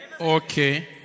Okay